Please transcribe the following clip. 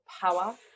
power